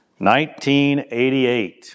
1988